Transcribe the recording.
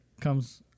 comes